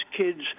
kids